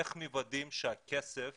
איך מוודאים שהכסף